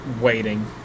waiting